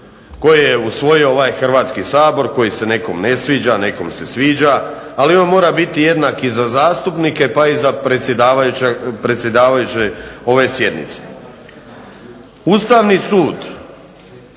koji je usvojio ovaj Hrvatski sabor koji se nekom ne sviđa, a nekom se sviđa, ali on mora biti jednak i za zastupnike pa i za predsjedavajuće ove sjednice. Ustavni sud,